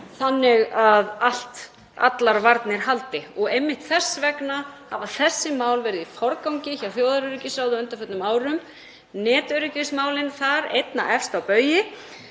þannig að allar varnir haldi. Einmitt þess vegna hafa þessi mál verið í forgangi hjá þjóðaröryggisráði á undanförnum árum, netöryggismálin þar einna efst á baugi,